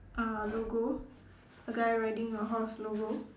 uh logo a guy riding a horse logo